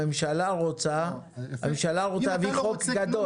הממשלה רוצה להביא חוק גדול.